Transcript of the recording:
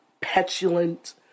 petulant